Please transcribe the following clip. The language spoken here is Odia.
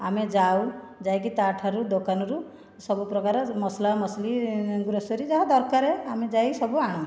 ଆମେ ଯାଉ ଯାଇକି ତା'ଠାରୁ ଦୋକାନରୁ ସବୁ ପ୍ରକାର ମସଲା ମସଲି ଗ୍ରୋସୋରୀ ଯାହା ଦରକାର ଆମେ ଯାଇ ସବୁ ଆଣୁ